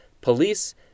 police